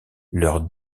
leur